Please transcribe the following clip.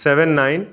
seven nine